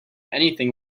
anything